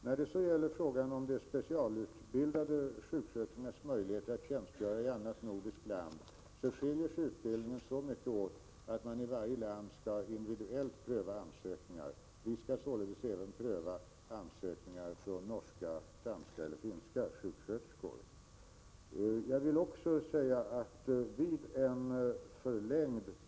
När det gäller frågan om de specialutbildade sjuksköterskornas möjligheter att tjänstgöra i annat nordiskt land vill jag framhålla att utbildningarna skiljer sig så mycket åt att man i varje land måste individuellt pröva ansökningarna. Vi skall således pröva ansökningar från norska, danska och finska sjuksköterskor.